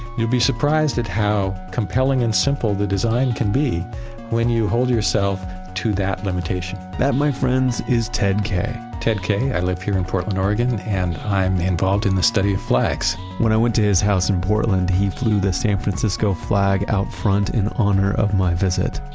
you'd be surprised at how compelling and simple the design can be when you hold yourself to that limitation that, my friends, is ted kaye ted kaye. i live here in portland, oregon and i'm involved in the study of flags when i went to his house in portland, he flew the san francisco flag out front in honor of my visit.